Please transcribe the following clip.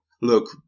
look